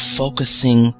focusing